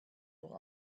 nur